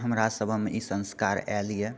हमरा सभमे ई सन्स्कार आएल यऽ